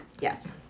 Yes